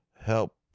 help